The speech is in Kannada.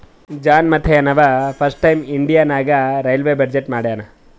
ಜಾನ್ ಮಥೈ ಅಂನವಾ ಫಸ್ಟ್ ಟೈಮ್ ಇಂಡಿಯಾ ನಾಗ್ ರೈಲ್ವೇ ಬಜೆಟ್ ಮಾಡ್ಯಾನ್